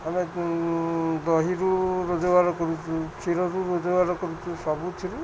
ଆମେ ଦହିରୁ ରୋଜଗାର କରୁଛୁ କ୍ଷୀରରୁ ରୋଜଗାର କରୁଛୁ ସବୁଥିରୁ